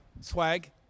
Swag